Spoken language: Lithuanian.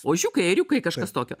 ožiukai ėriukai kažkas tokio